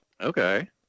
Okay